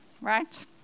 right